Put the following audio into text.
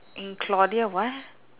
in claudia what